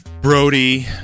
Brody